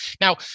now